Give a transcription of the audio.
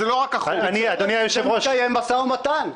על זה נקיים משא ומתן.